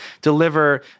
deliver